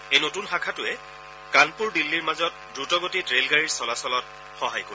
এই নতুন শাখাটোৱে কানপুৰ দিল্লীৰ মাজত দ্ৰতগতিত ৰে'লগাড়ী চলাচল কৰাত সহায় কৰিব